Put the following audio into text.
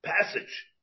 passage